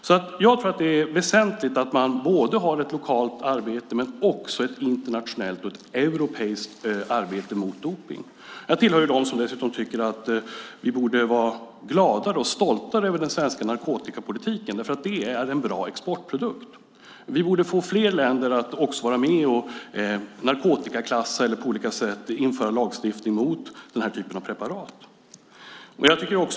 Jag tror alltså att det är väsentligt att ha inte bara ett lokalt utan också ett internationellt och europeiskt arbete mot dopning. Jag tillhör dessutom dem som tycker att vi borde vara gladare och stoltare över den svenska narkotikapolitiken. Den är nämligen en bra exportprodukt, och vi borde få fler länder att vara med och narkotikaklassa eller på olika sätt införa lagstiftning mot denna typ av preparat.